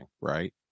Right